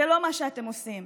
זה לא מה שאתם עושים.